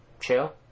chill